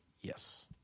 Yes